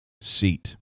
seat